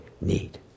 need